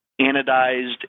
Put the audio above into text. anodized